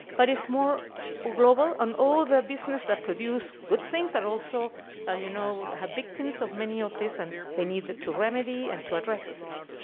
but it's more global and all the business that produce good things, but also ah you know have victims of many of this and they need to remedy and to address those issues.